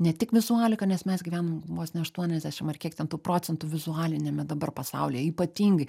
ne tik vizualiką nes mes gyvenam vos ne aštuoniasdešim ar kiek ten tų procentų vizualiniame dabar pasaulyje ypatingai